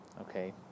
Okay